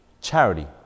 Charity